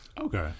Okay